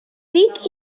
ric